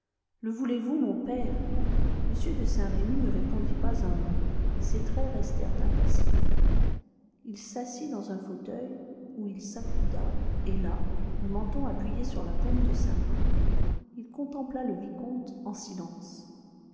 le voulez-vous mon père m de saint-remy ne répondit pas un mot ses traits restèrent impassibles il s'assit dans un fauteuil où il s'accouda et là le menton appuyé sur la paume de sa main il contempla le vicomte en silence